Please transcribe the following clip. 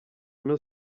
mil